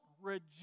reject